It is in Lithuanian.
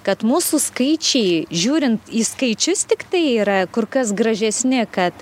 kad mūsų skaičiai žiūrint į skaičius tiktai yra kur kas gražesni kad